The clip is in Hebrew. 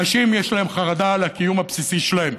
אנשים, יש להם חרדה על הקיום הבסיסי שלהם.